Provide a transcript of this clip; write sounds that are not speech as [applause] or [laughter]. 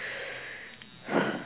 [breath]